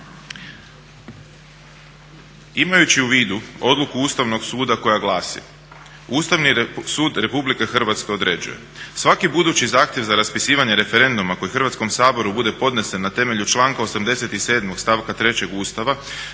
Imajući u vidu odluku Ustavnog suda koja glasi: "Ustavni sud Republike Hrvatske određuje: svaki budući zahtjev za raspisivanje referenduma koji Hrvatskom saboru bude podnesen na temelju članka 87. stavka 3. Ustava